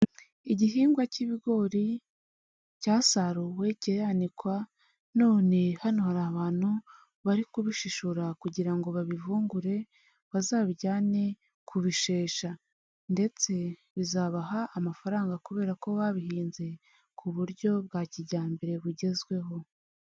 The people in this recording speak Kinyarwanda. Igihingwa cy'ibigori cyasaruwe kiranikwa, none hano hari abantu bari kubishishura kugira ngo babivungure bazabijyane kubishesha, ndetse bizabaha amafaranga kubera ko babihinze ku buryo bwa kijyambere bugezweho.